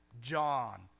John